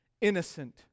innocent